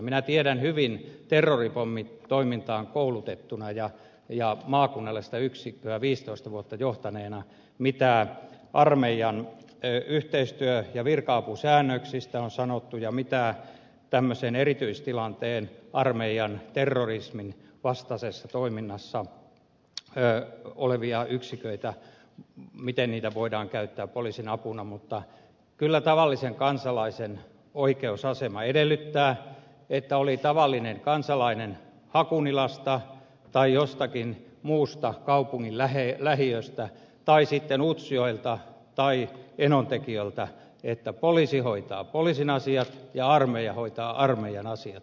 minä tiedän hyvin terroripommitoimintaan koulutettuna ja maakunnallista yksikköä viisitoista vuotta johtaneena mitä armeijan yhteistyö ja virka apusäännöksissä on sanottu ja miten tämmöisen erityistilanteen yksiköitä armeijan terrorisminvastaisessa toiminnassa olevia yksiköitä voidaan käyttää poliisin apuna mutta kyllä tavallisen kansalaisen oikeusasema edellyttää oli tavallinen kansalainen sitten hakunilasta tai jostakin muusta kaupungin lähiöstä tai sitten utsjoelta tai enontekiöltä että poliisi hoitaa poliisin asiat ja armeija hoitaa armeijan asiat